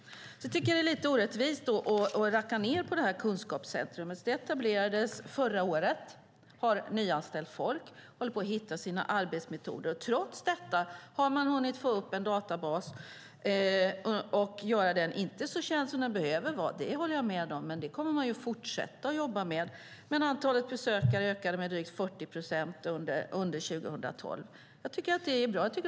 Jag tycker att det är lite orättvist att racka ned på kunskapscentrumet. Det etablerades förra året, har nyanställt folk och håller nu på att hitta sina arbetsmetoder. Trots det har de hunnit få upp en databas och göra den känd; inte så känd som den behöver vara, det håller jag med om, men de fortsätter att jobba med det. Antalet besökare ökade med drygt 40 procent under 2012, vilket jag tycker är bra.